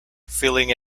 filling